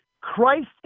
Christ